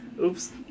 Oops